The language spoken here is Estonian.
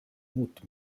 muutu